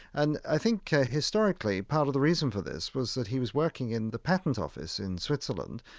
and i think historically part of the reason for this was that he was working in the patent office in switzerland,